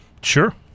Sure